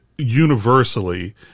universally